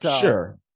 Sure